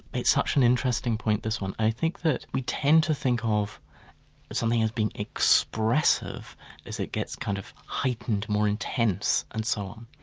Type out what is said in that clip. it's such an interesting point this one. i think that we tend to think of something as been expressive as it gets kind of heightened more intense and so on,